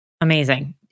Amazing